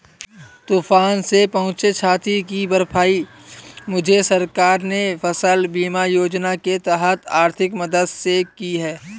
तूफान से पहुंची क्षति की भरपाई मुझे सरकार ने फसल बीमा योजना के तहत आर्थिक मदद से की है